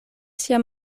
sia